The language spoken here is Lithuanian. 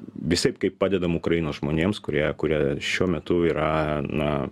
visaip kaip padedam ukrainos žmonėms kurie kurie šiuo metu yra na